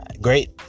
Great